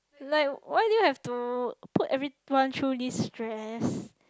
like why do you have to put everyone through this stress